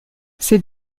ces